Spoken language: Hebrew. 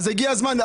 אז הגיע הזמן,